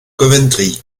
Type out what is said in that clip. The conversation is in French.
coventry